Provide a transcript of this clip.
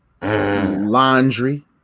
Laundry